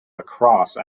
lacrosse